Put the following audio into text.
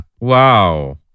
Wow